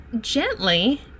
gently